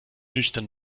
nüchtern